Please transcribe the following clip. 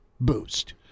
boost